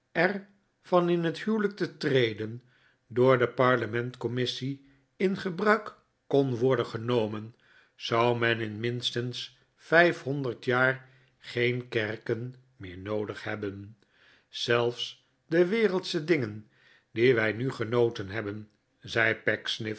van in het huwelijk te treden door de parlementcommissie in gebruik kon worden genomen zou men in minstens vijf honderd jaar geen kerken meer noodig hebben zelfs de wereldsche dingen die wij nu genoten hebben zei